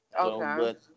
Okay